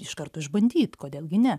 iš karto išbandyt kodėl gi ne